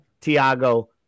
Tiago